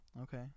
Okay